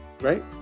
right